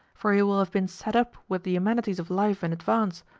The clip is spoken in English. for he will have been set up with the amenities of life in advance,